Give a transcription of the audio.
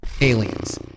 aliens